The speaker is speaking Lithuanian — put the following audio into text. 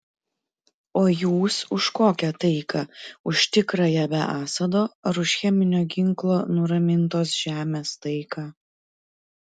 o jūs už kokią taiką už tikrąją be assado ar už cheminio ginklo nuramintos žemės taiką